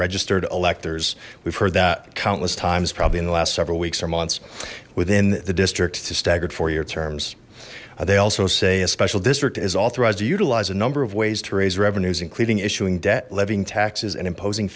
registered electors we've heard that countless times probably in the last several weeks or months within the district it's a staggered four year terms they also say a special district is authorized to utilize a number of ways to raise revenues including issuing debt levying taxes and imposing